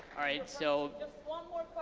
all right, so just one more